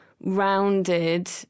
rounded